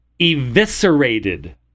eviscerated